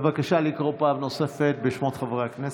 בבקשה לקרוא פעם נוספת בשמות חברי הכנסת.